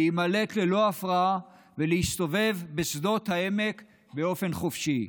להימלט ללא הפרעה ולהסתובב בשדות העמק באופן חופשי.